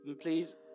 Please